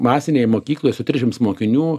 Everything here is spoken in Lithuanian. masinėje mokykloje su trišims mokinių